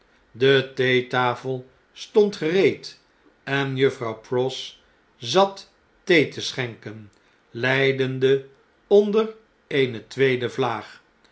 de theetafel stond gereed en juffrouw pross zat thee te schenken lijdende onder eene tweede vlaag